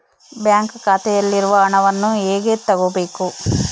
Bank ಖಾತೆಯಲ್ಲಿರುವ ಹಣವನ್ನು ಹೇಗೆ ತಗೋಬೇಕು?